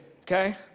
okay